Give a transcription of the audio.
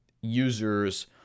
users